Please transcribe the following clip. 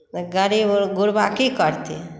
तऽ गरीब गुरबा की करतै